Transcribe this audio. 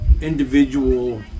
individual